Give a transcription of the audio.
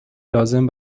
لازم